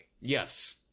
Yes